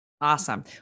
Awesome